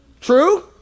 True